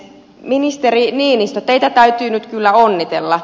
ministeri niinistö teitä täytyy nyt kyllä onnitella